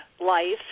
life